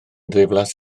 ddiflas